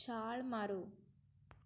ਛਾਲ ਮਾਰੋ